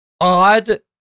odd